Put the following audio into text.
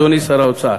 אדוני שר האוצר.